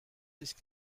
these